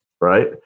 right